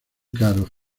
caros